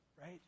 Right